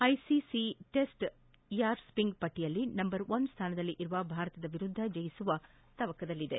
ICC test ranking ಪಟ್ಟಿಯಲ್ಲಿ number one ಸ್ವಾನದಲ್ಲಿರುವ ಭಾರತದ ವಿರುದ್ದ ಜಯಿಸುವ ತವಕದಲ್ಲಿದೆ